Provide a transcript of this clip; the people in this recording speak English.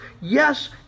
yes